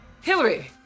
Hillary